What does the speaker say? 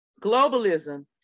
Globalism